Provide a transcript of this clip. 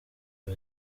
iba